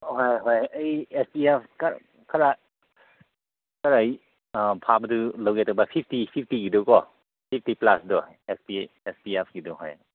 ꯍꯣꯏ ꯍꯣꯏ ꯑꯩ ꯑꯦꯁ ꯄꯤ ꯑꯦꯐ ꯈꯔ ꯈꯔ ꯐꯕꯗꯨ ꯂꯧꯒꯦ ꯇꯧꯕ ꯁꯤꯇꯤ ꯁꯤꯇꯤꯒꯤꯗꯨꯀꯣ ꯁꯤꯇꯤ ꯄ꯭ꯂꯥꯁꯇꯣ ꯑꯦꯁ ꯄꯤ ꯑꯦꯐꯀꯤꯗꯨ ꯍꯣꯏ